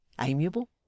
amiable